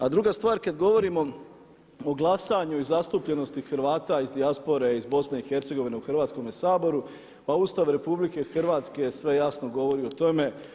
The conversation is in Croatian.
A druga stvar, kad govorimo o glasanju i zastupljenosti Hrvata iz dijaspore iz BiH u Hrvatskome saboru pa Ustav Republike Hrvatske sve jasno govori o tome.